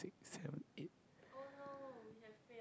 seven eight